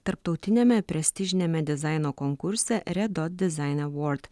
tarptautiniame prestižiniame dizaino konkurse redo dizaine vort